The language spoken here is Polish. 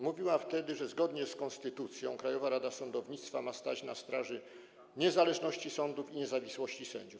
Mówiła wtedy, że zgodnie z konstytucją Krajowa Rada Sądownictwa ma stać na straży niezależności sądów i niezawisłości sędziów.